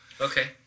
Okay